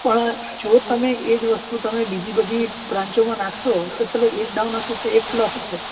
પણ જો તમે એ જ વસ્તુ તમે બીજી બધી બ્રાંચોમાં નાખશો તો ચાલો એક ડાઉન હશે તો એક પ્લસ હશે